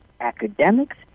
academics